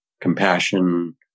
compassion